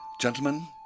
Gentlemen